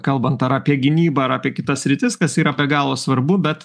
kalbant ar apie gynybą ar apie kitas sritis kas yra be galo svarbu bet